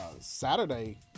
Saturday